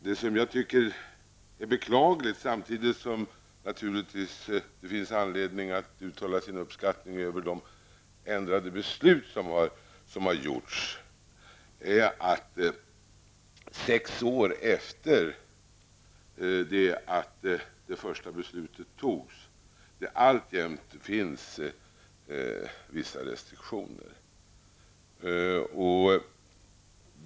Det som jag tycker är beklagligt, samtidigt som det naturligtvis finns anledning att uttala sin uppskattning över de ändrade beslut som har fattats, är att det, sex år efter det att det första beslutet fattades, alltjämt finns vissa restriktioner.